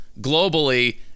globally